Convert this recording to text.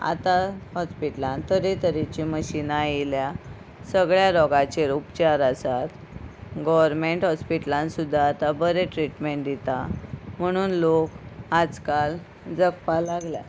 आतां हॉस्पिटलान तरेतरेची मशिनां येयल्या सगळ्या रोगाचेर उपचार आसात गोवर्मेंट हॉस्पिटलान सुद्दा आतां बरें ट्रिटमेंट दिता म्हणून लोक आज काल जगपा लागल्यात